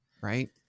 right